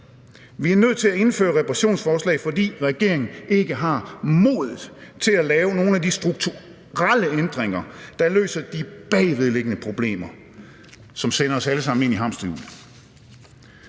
Vi er nødt til at indføre reparationsforslag, fordi regeringen ikke har modet til at lave nogle af de strukturelle ændringer, der løser de bagvedliggende problemer, som sender os alle sammen ind i hamsterhjulet.